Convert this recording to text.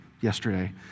yesterday